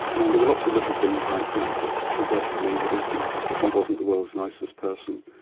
and there were lots of little things like that that suggests to me that he he probably wasn't the world's nicest person.